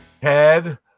Ted